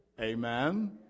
Amen